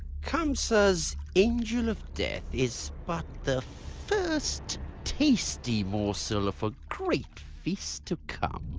kamsa's angel of death is but the first tasty morsel of a great feast to come.